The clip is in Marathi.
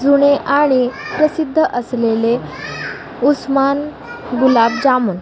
जुने आणि प्रसिद्ध असलेले उस्मान गुलाबजामुन